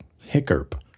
hiccup